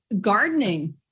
gardening